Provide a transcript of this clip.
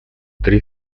три